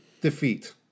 defeat